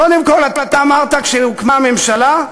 קודם כול, אתה אמרת כשהוקמה הממשלה: